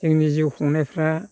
जोंनि जिउ खुंनायफ्रा